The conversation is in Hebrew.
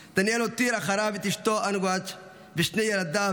דניאל הותיר אחריו את אשתו אנגואץ ושני ילדיו,